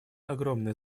огромное